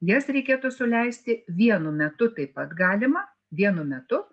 jas reikėtų suleisti vienu metu taip pat galima vienu metu